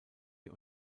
wir